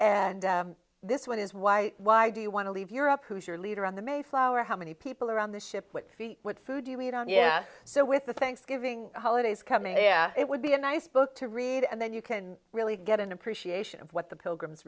and this one is why why do you want to leave europe who's your leader on the mayflower how many people around the ship what feet what food you eat on yeah so with the thanksgiving holidays coming yeah it would be a nice book to read and then you can really get an appreciation of what the pilgrims